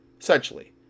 essentially